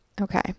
Okay